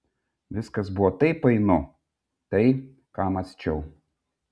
viskas buvo taip painu tai ką mąsčiau